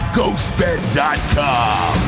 GhostBed.com